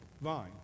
vine